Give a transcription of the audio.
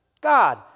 God